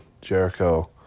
Jericho